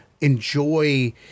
enjoy